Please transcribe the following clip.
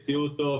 הם הציעו אותו,